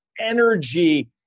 energy